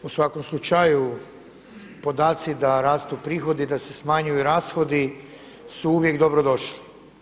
U svakom slučaju podaci da rastu prihodi, da se smanjuju rashodi su uvijek dobro došli.